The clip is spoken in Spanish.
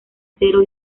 cero